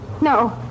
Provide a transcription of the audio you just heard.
No